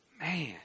Man